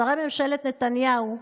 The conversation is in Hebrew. שרי ממשלת נתניהו,